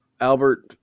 Albert